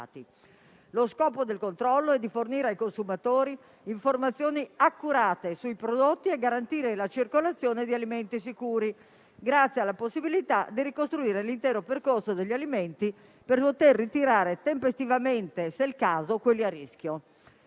Lo scopo del controllo è fornire ai consumatori informazioni accurate sui prodotti e garantire la circolazione di alimenti sicuri, grazie alla possibilità di ricostruire l'intero percorso degli alimenti per poter ritirare tempestivamente - se è il caso - quelli a rischio.